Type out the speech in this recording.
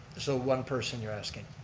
so one person you're asking.